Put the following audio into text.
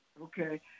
Okay